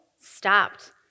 stopped